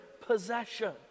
possession